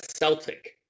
Celtic